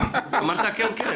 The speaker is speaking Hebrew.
אמרת "כן כן".